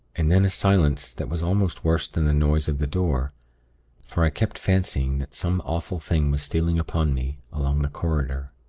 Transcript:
and then a silence that was almost worse than the noise of the door for i kept fancying that some awful thing was stealing upon me along the corridor.